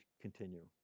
continue